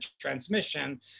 transmission